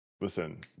listen